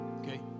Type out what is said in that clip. Okay